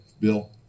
Bill